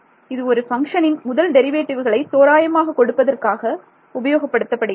இது ஒரு பங்க்ஷனின் முதல் டெரிவேட்டிவுகளை தோராயமாக கொடுப்பதற்காக உபயோகப்படுத்தப்படுகிறது